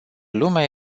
lumea